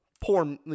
poor